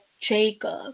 Jacob